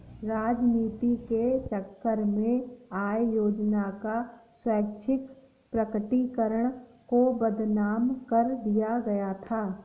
राजनीति के चक्कर में आय योजना का स्वैच्छिक प्रकटीकरण को बदनाम कर दिया गया था